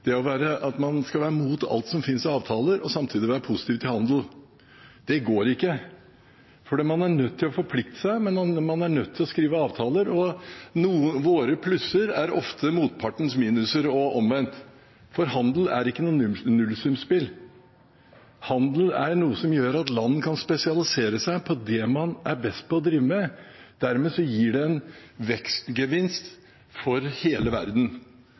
at man skal være mot alt som finnes av avtaler, og samtidig være positiv til handel. Det går ikke, for man er nødt til å forplikte seg, man er nødt til å skrive avtaler. Våre plusser er ofte motpartens minuser, og omvendt, men handel er ikke noe nullsumspill. Handel er noe som gjør at land kan spesialisere seg på det man er best til å drive med. Dermed gir det en vekstgevinst for hele verden.